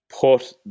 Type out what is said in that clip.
put